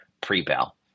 pre-bell